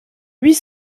huit